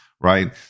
Right